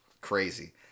crazy